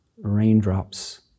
raindrops